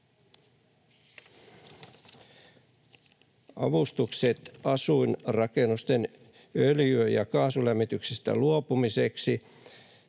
Avustukset asuinrakennusten öljy‑ ja kaasulämmityksestä luopumiseksi: